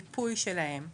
מיפוי שלהם,